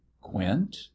quint